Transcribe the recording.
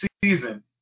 season